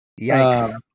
Yikes